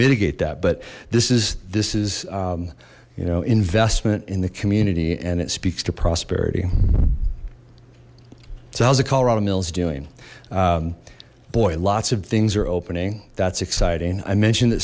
mitigate that but this is this is you know investment in the community and it speaks to prosperity so how's the colorado mills doing boy lots of things are opening that's exciting i mentioned th